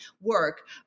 work